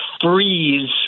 freeze